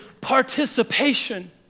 participation